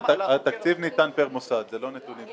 מועברים לתקציבים ידועים מראש --- ההעברה